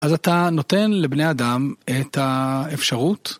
אז אתה נותן לבני אדם את האפשרות?